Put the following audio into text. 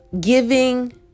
giving